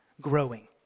growing